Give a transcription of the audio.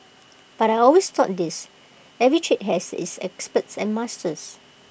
but I always thought this every trade has its experts and masters